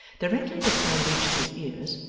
directly this sound reached his ears,